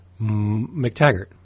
McTaggart